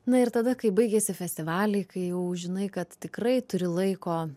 na ir tada kai baigėsi festivaliai kai jau žinai kad tikrai turi laiko